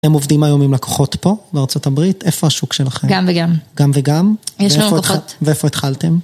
אתם עובדים היום עם לקוחות פה בארצות הברית, איפה השוק שלכם? גם וגם. גם וגם? יש לנו לקוחות. ואיפה התחלתם?